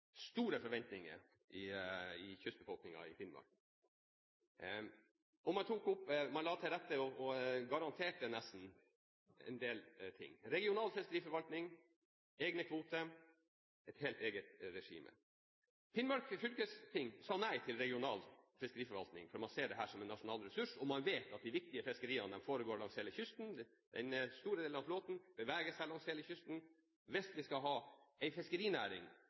store forventninger blant kystbefolkningen i Finnmark. Man la til rette for og garanterte – nesten – en del ting: regional fiskeriforvaltning, egne kvoter, et helt eget regime. Finnmark fylkesting sa nei til regional fiskeriforvaltning. Man ser på dette som en nasjonal ressurs, og man vet at viktig fiske foregår langs hele kysten. En stor del av flåten beveger seg langs hele kysten. Hvis vi skal ha en fiskerinæring